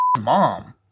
mom